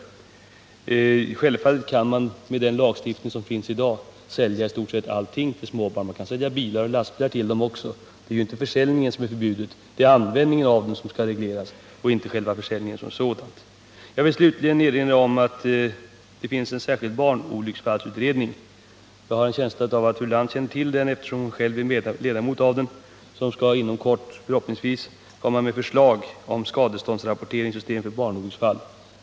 Självfallet kan man, med den lagstiftning som finns i dag, sälja i stort sett allting till småbarn. Man kan sälja bilar och lastbilar till dem också. Det är inte försäljningen som skall förbjudas utan användningen av dessa motorcyklar som skall regleras. Jag vill slutligen erinra om att det finns en särskild barnolycksfallsutredning. Jag har en känsla av att fru Lantz känner till den, eftersom hon själv är ledamot av den, och den skall förhoppningsvis inom kort lägga fram förslag om skaderapporteringssystem för barnolycksfall.